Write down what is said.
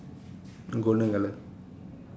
golden colour